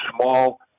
small